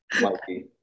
Mikey